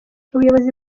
ubuyobozi